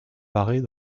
paraît